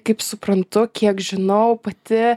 kaip suprantu kiek žinau pati